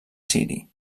ciri